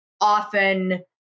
often